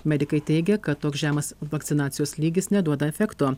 medikai teigia kad toks žemas vakcinacijos lygis neduoda efekto